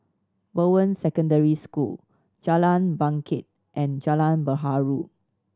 Bowen Secondary School Jalan Bangket and Jalan Perahu